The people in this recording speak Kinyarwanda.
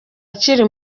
akiri